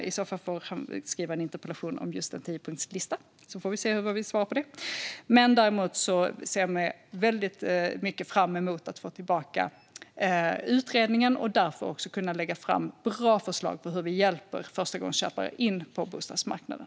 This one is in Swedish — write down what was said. I så fall får han skriva en interpellation om en tiopunktslista, och så får han se vad han får för svar. Däremot ser jag fram emot att få tillbaka utredningen och att därefter lägga fram bra förslag på hur vi hjälper förstagångsköpare in på bostadsmarknaden.